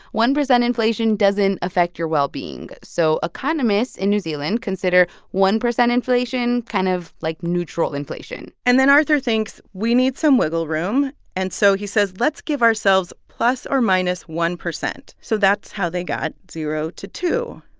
one percent inflation doesn't affect your well-being, so economists in new zealand consider one percent inflation kind of like neutral inflation and then arthur thinks, we need some wiggle room. and so he says, let's give ourselves plus or minus one percent. so that's how they got zero to two.